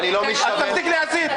תפסיק להסית.